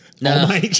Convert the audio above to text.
No